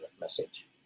message